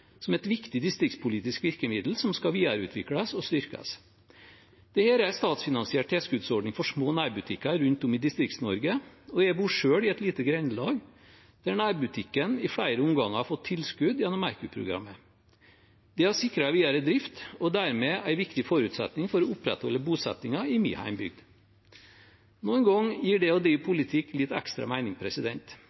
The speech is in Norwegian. som et viktig distriktspolitisk virkemiddel som skal videreutvikles og styrkes. Dette er en statsfinansiert tilskuddsordning for små nærbutikker rundt om i Distrikts-Norge. Jeg bor selv i et lite grendelag der nærbutikken i flere omganger har fått tilskudd gjennom Merkur-programmet. Det har sikret videre drift, og dermed en viktig forutsetning for å opprettholde bosettingen i min hjembygd. Noen ganger gir det å drive politikk litt ekstra